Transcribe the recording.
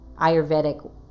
Ayurvedic